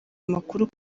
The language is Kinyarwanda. amakuru